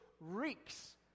reeks